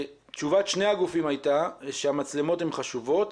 תשובת שני הגופים הייתה שהמצלמות הן חשובות,